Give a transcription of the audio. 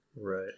right